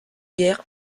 guère